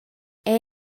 era